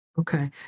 Okay